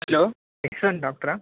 hello Yashwant ಡಾಕ್ಟ್ರ